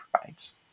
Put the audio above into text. provides